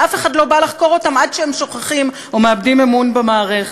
ואף אחד לא בא לחקור אותם עד שהם שוכחים או מאבדים את האמון במערכת.